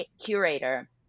curator